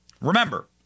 remember